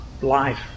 life